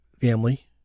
family